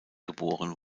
geboren